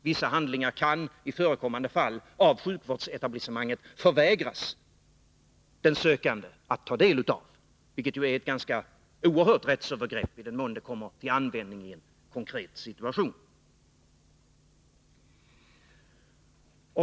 Vissa handlingar kan den sökande i förekommande fall av sjukvårdsetablissemanget förvägras att ta del av, vilket ju är ett ganska oerhört rättsövergrepp i den mån det kommer till användning i en konkret situation.